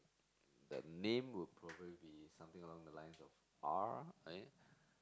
the name would probably be somewhere along the lines of R